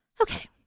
Okay